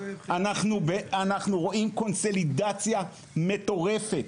אנחנו רואים קונסולידציה מטורפת.